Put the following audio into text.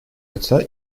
лица